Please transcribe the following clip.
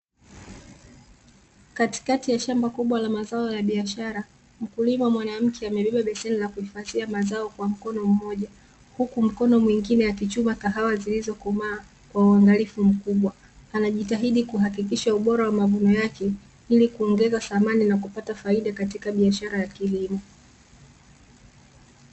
Katikati ya shamba kubwa la mazao ya biashara mkulima mwanamke amebeba beseni la kuhifadhia mazao kwa mkono mmoja huku mkono mwingine akichuma kahawa zilizo komaa kwa uangalifu mkubwa, anajitahidi kuhakikisha ubora wa mavuno yake ili kuongeza thamani na kupata faida katika biashara ya kilimo.